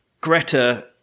Greta